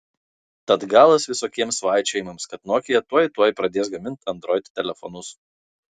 tad galas visokiems svaičiojimams kad nokia tuoj tuoj pradės gaminti android telefonus